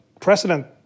precedent